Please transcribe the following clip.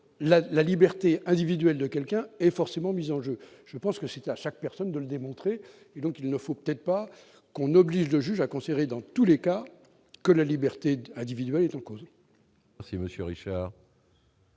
la liberté individuelle de quelqu'un et forcément mise en jeu, je pense que c'est à chaque personne de le démontrer, et donc il ne faut peut-être pas qu'on oblige le juge a considéré, dans tous les cas que la liberté d'individuel est en cause. C'est Monsieur Richard.